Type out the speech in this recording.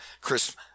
Chris